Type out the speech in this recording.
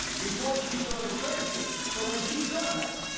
before she saw the transcript. so when she saw that,